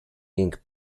link